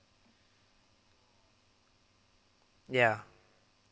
ya